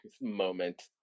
moment